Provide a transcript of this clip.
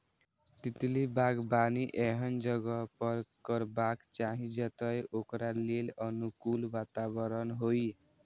तितली बागबानी एहन जगह पर करबाक चाही, जतय ओकरा लेल अनुकूल वातावरण होइ